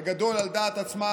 בגדול על דעת עצמה,